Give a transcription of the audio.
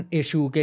issue